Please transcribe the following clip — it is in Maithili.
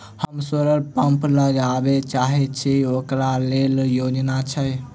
हम सोलर पम्प लगाबै चाहय छी ओकरा लेल योजना हय?